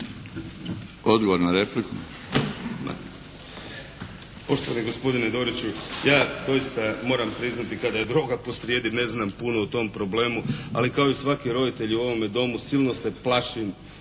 Odgovor na repliku.